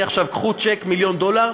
קחו עכשיו צ'ק של מיליון דולר,